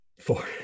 four